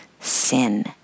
sin